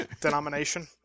denomination